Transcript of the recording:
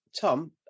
Tom